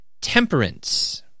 Temperance